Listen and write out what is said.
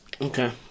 okay